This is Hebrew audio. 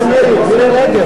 חבר הכנסת מגלי והבה,